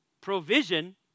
Provision